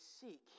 seek